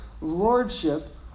lordship